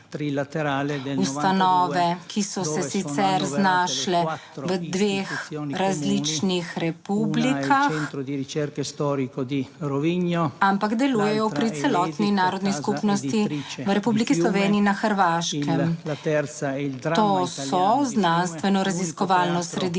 Ustanove, ki so se sicer znašle v dveh različnih republikah, ampak delujejo pri celotni narodni skupnosti v Republiki Sloveniji in na Hrvaškem, to so Znanstvenoraziskovalno središče